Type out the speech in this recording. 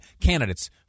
candidate's